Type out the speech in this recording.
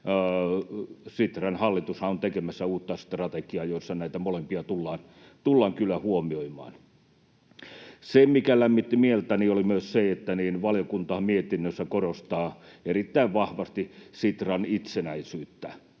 Sitran hallitushan on tekemässä uutta strategiaa, jossa näitä molempia tullaan kyllä huomioimaan. Se, mikä myös lämmitti mieltäni, oli se, että valiokunta mietinnössään korostaa erittäin vahvasti Sitran itsenäisyyttä.